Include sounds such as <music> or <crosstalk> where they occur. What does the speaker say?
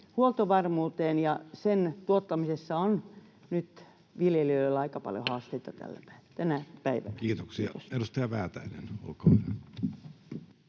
huoltovarmuuteen, ja sen tuottamisessa on nyt viljelijöillä aika paljon haasteita <noise> tänä päivänä. — Kiitos. Kiitoksia. — Edustaja Väätäinen, olkaa hyvä.